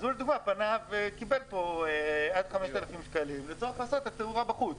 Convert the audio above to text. הוא לדוגמה פנה וקיבל פה עד 5,000 שקלים לצורך התאורה בחוץ,